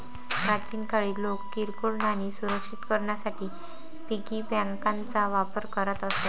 प्राचीन काळी लोक किरकोळ नाणी सुरक्षित करण्यासाठी पिगी बँकांचा वापर करत असत